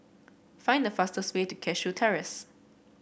find the fastest way to Cashew Terrace